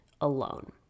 alone